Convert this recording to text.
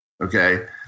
Okay